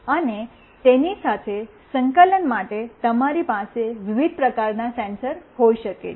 અને તેની સાથે સંકલન માટે તમારી પાસે વિવિધ પ્રકારના સેન્સર હોઈ શકે છે